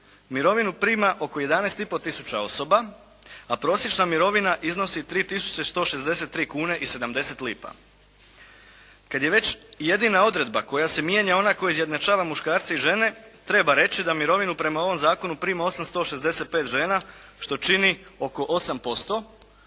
mirovinu prima oko 11 i pol tisuća osoba, a prosječna mirovina iznosi 3 tisuće 163 kune i 70 lipa. Kad je već jedina odredba koja se mijenja ona koja izjednačava muškarce i žene, treba reći da mirovinu prema ovom zakonu prima 865 žena, što čini oko 8%,